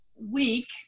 week